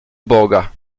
boga